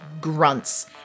grunts